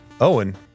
Owen